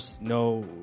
no